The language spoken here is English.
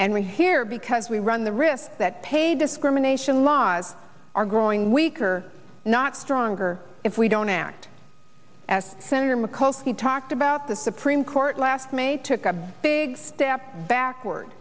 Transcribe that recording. and we here because we run the risk that pay discrimination laws are growing weaker not stronger if we don't act as senator mikulski talked about the supreme court last may took a big step backward